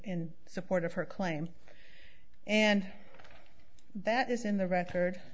in support of her claim and that is in the record